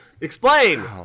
explain